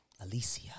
Alicia